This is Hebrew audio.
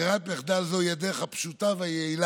ברירת מחדל זו היא הדרך הפשוטה והיעילה